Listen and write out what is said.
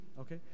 Okay